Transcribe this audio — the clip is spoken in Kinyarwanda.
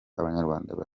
abanyarwanda